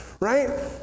Right